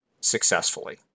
successfully